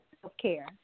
self-care